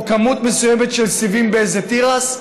או כמות מסוימת של סיבים באיזה תירס?